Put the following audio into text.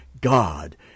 God